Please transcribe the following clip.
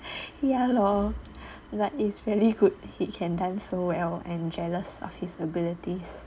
ya lor like is really good he can dance I jealous of his abilities